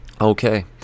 Okay